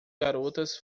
garotas